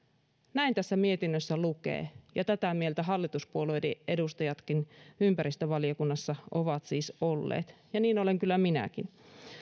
näin tässä lausunnossa lukee ja tätä mieltä hallituspuolueiden edustajatkin ympäristövaliokunnassa ovat siis olleet ja niin olen kyllä minäkin